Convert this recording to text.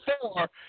four